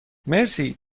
مرسی